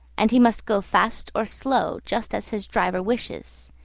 and he must go fast or slow, just as his driver wishes.